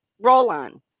roll-on